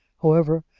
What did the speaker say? however,